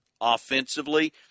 offensively